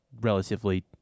relatively